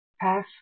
pass